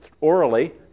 orally